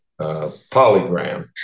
Polygram